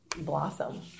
blossom